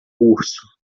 curso